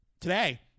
Today